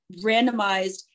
randomized